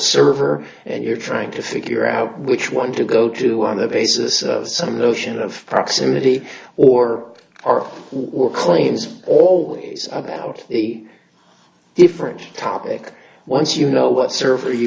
server and you're trying to figure out which one to go to on the basis of some notion of proximity or arc will claims always about a different topic once you know what server you